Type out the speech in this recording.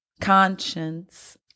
conscience